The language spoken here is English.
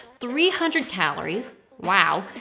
three hundred calories wow.